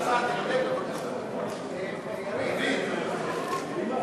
תנמק בבקשה.